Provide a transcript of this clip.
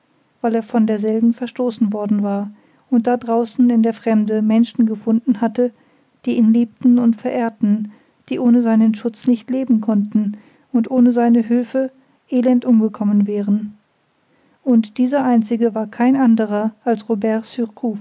weil er von derselben verstoßen worden war und da draußen in der fremde menschen gefunden hatte die ihn liebten und verehrten die ohne seinen schutz nicht leben konnten und ohne seine hülfe elend umgekommen wären und dieser einzige war kein anderer als robert